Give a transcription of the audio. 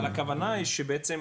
אבל הכוונה היא שבעצם,